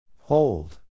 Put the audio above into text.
Hold